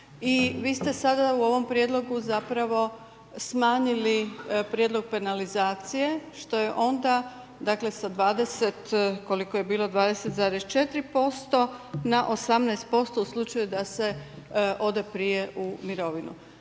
i vi ste sada u ovom prijedlogu smanjili prijedlog penalizacije, što je onda sa 20,4% na 18% u slučaju da se ode prije u mirovinu.